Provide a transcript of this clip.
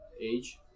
age